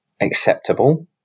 acceptable